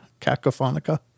Cacophonica